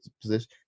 position